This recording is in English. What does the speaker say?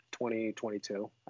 2022